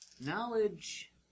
Knowledge